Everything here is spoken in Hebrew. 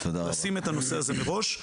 לשים את הנושא הזה מראש.